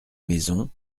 maison